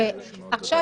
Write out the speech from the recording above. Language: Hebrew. אם